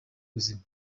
buzima